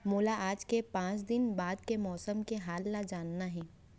मोला आज ले पाँच दिन बाद के मौसम के हाल ल जानना हे?